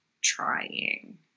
trying